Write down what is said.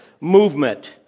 movement